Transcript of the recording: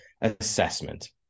assessment